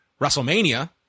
WrestleMania